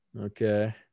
okay